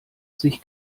sich